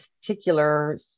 particular